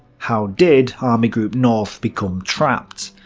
how did army group north become trapped?